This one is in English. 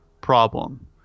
problem